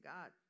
God